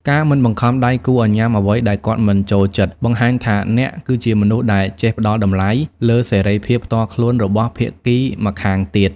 ការមិនបង្ខំដៃគូឱ្យញ៉ាំអ្វីដែលគាត់មិនចូលចិត្ត បង្ហាញថាអ្នកគឺជាមនុស្សដែលចេះផ្ដល់តម្លៃលើសេរីភាពផ្ទាល់ខ្លួនរបស់ភាគីម្ខាងទៀត។